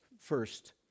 First